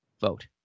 vote